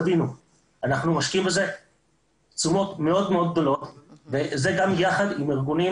אנחנו משקיעים בזה תשומות מאוד גדולות יחד עם ארגונים